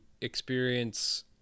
experience